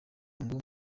ngo